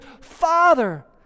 Father